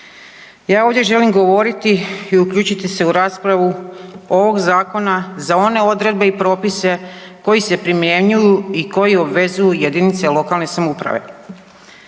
Ja ovdje želim govoriti i uključiti se u raspravu ovog zakona za one odredbe i propise koji se primjenjuju i koji obvezuju jedinice lokalne samouprave.